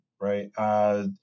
right